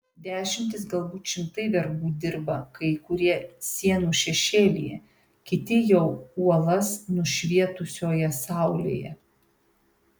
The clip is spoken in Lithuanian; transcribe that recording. dešimtys galbūt šimtai vergų dirba kai kurie sienų šešėlyje kiti jau uolas nušvietusioje saulėje